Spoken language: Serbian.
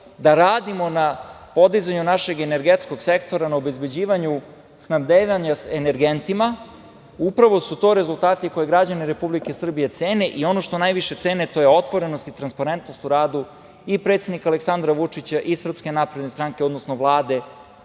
da radimo na podizanju našeg energetskog sektora na obezbeđivanju snabdevanja energentima, upravo su to rezultati koje građani Republike Srbije cene. Ono što najviše cene, to je otvorenost i transparentnost u radu i predsednika Aleksandra Vučića i SNS, odnosno Vlade